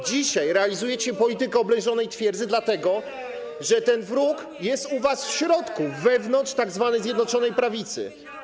Dzisiaj realizujecie politykę oblężonej twierdzy, dlatego że ten wróg jest u was w środku, wewnątrz tzw. Zjednoczonej Prawicy.